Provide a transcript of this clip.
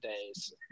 days